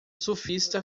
surfista